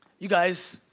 you guys,